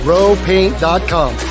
RowPaint.com